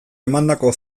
emandako